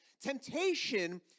Temptation